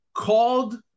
called